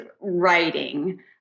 writing